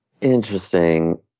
Interesting